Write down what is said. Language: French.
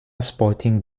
sporting